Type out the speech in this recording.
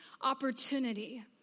opportunity